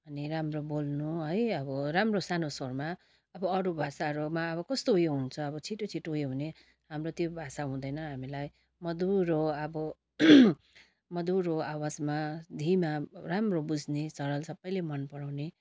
अनि राम्रो बोल्नु है अब राम्रो सानो स्वरमा अब अरू भाषाहरूमा अब कस्तो उयो हुन्छ अब छिटो छिटो उयो हुने हाम्रो त्यो भाषा हुँदैन हामीलाई मधुरो अब मधुरो आवाजमा धिमा राम्रो बुझ्ने सरल सबैले मन पराउने